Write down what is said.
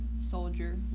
soldier